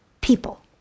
people